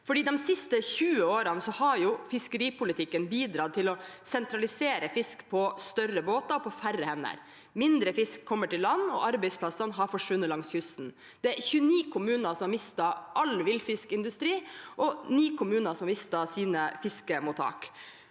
De siste 20 årene har jo fiskeripolitikken bidratt til å sentralisere fisk på større båter og på færre hender. Mindre fisk kommer til land, og arbeidsplassene har forsvunnet langs kysten. 29 kommuner har mistet all villfiskindustri, og ni kommuner har mistet sine fiskemottak.